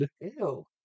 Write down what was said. Ew